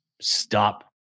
Stop